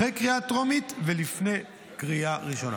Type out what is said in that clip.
אחרי קריאה טרומית ולפני קריאה ראשונה.